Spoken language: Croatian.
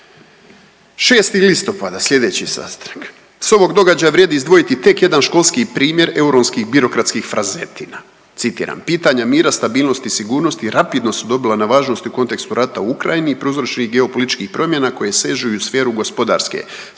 6. listopada, slijedeći sastanak, s ovog događaja vrijedi izdvojiti tek jedan školski primjer europskih birokratskih frazetina. Citiram, pitanja mira, stabilnosti, sigurnosti rapidno su dobila na važnosti u kontekstu rata u Ukrajini i prouzročenih geopolitičkih promjena koje sežu i u sferu gospodarske stabilnosti